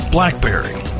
Blackberry